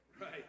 right